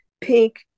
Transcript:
pink